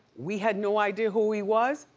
we had no idea who he was,